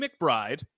McBride